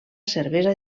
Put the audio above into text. cervesa